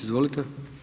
Izvolite.